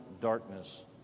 darkness